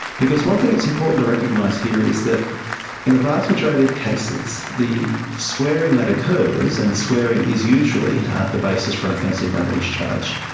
one thing that's important to recognise here is that in the vast majority of cases, the swearing that occurs, and swearing is usually the basis for an offensive language charge,